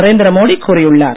நரேந்திர மோடி கூறியுள்ளார்